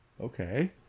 Okay